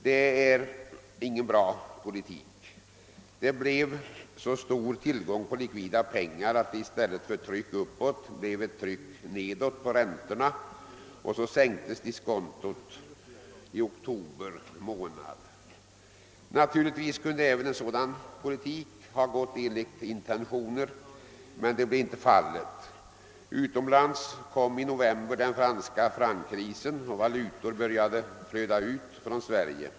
Detta är ingen bra politik. Det blev så stor tillgång på likvida pengar att det i stället för tryck uppåt blev ett tryck nedåt på räntorna, och så sänktes diskontot i oktober månad. Naturligtvis kunde även en sådan politik ha gått enligt intentionerna, men så blev inte fallet. Utomlands kom i november den franska franckrisen, och valutor började flöda ut från Sverige.